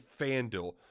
FanDuel